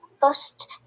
first